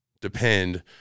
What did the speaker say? depend